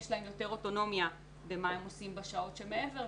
יש להם יותר אוטונומיה במה הם עושים בשעות שמעבר,